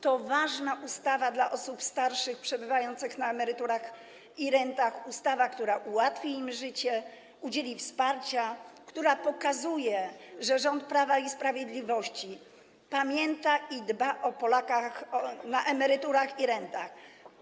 To ważna ustawa dla osób starszych przebywających na emeryturach i rentach, ustawa, która ułatwi im życie, udzieli wsparcia, ustawa, która pokazuje, że rząd Prawa i Sprawiedliwości pamięta o Polakach na emeryturach i rentach i dba o nich.